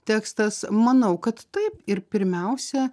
tekstas manau kad taip ir pirmiausia